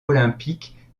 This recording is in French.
olympique